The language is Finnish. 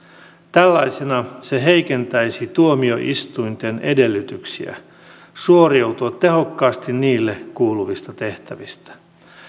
tällaisena se heikentäisi tuomioistuinten edellytyksiä suoriutua tehokkaasti niille kuuluvista tehtävistä